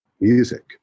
music